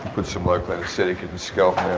but some local anaesthetic in the scalp